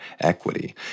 equity